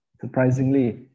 surprisingly